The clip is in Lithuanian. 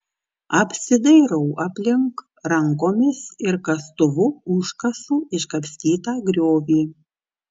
apsidairau aplink rankomis ir kastuvu užkasu iškapstytą griovį